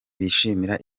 bishimira